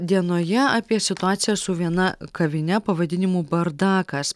dienoje apie situaciją su viena kavine pavadinimu bardakas